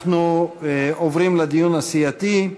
אנחנו עוברים לדיון הסיעתי.